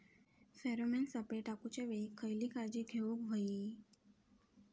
Pheromone सापळे टाकूच्या वेळी खयली काळजी घेवूक व्हयी?